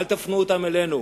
אל תפנו אותן אלינו.